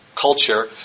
culture